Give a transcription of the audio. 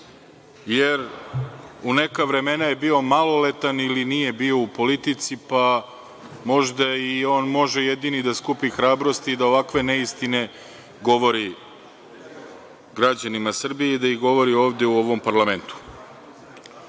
jer u neka vremena je bio maloletan ili nije bio u politici, pa možda on i može jedini da skupi hrabrosti da ovakve neistine govori građanima Srbije i da ih govori ovde u ovom parlamentu. Ono